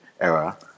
era